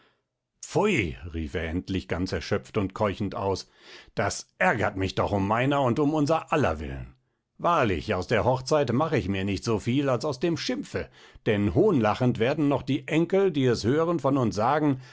pfui rief er endlich ganz erschöpft und keuchend aus das ärgert mich doch um meiner und um unser aller willen wahrlich aus der hochzeit mach ich mir nicht soviel als aus dem schimpfe denn hohnlachend werden noch die enkel die es hören von uns sagen